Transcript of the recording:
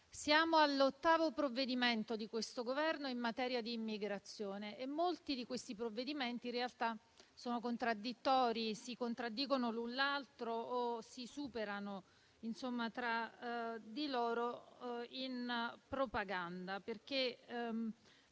siamo all'ottavo provvedimento di questo Governo in materia di immigrazione e molti di questi provvedimenti in realtà sono contraddittori, si contraddicono l'un l'altro, o si superano tra di loro in propaganda.